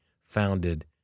founded